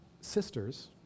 sisters